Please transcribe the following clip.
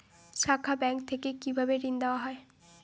শাখা ব্যাংক থেকে কি ঋণ দেওয়া হয়?